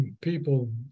people